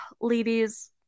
Ladies